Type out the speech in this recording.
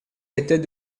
était